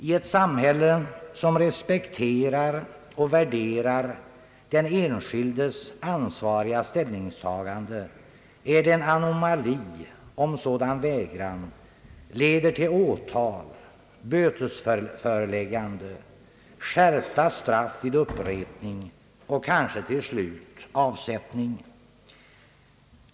I ett samhälle som respekterar och värderar den enskildes ansvariga ställningstagande är det en anomali om sådan vägran leder till åtal, bötesföreläggande, skärpta straff vid upprepning och kanske till slut avsättning.